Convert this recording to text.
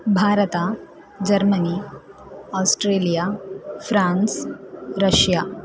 Bharat Germany Australia France Russia